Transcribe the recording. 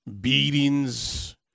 beatings